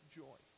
joy